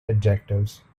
adjectives